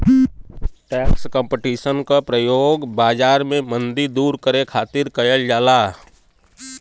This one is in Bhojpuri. टैक्स कम्पटीशन क प्रयोग बाजार में मंदी दूर करे खातिर कइल जाला